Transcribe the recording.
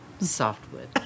softwood